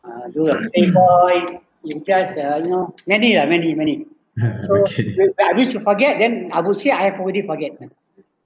uh you a playboy you just uh you know many ah many many so which I wish to forget then I would say I've already forget ah